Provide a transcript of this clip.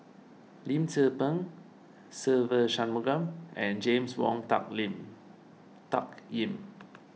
Lim Tze Peng Se Ve Shanmugam and James Wong Tuck Lim Tuck Yim